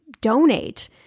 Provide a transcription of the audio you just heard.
donate